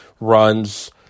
runs